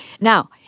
Now